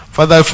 Father